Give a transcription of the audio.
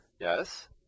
yes